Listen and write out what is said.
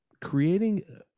creating